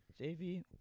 JV